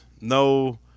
No